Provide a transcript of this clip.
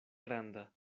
granda